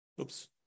Oops